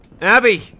Abby